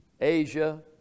Asia